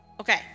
okay